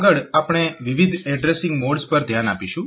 આગળ આપણે વિવિધ એડ્રેસીંગ મોડ્સ પર ધ્યાન આપીશું